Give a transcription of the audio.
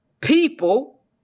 people